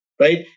Right